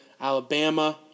Alabama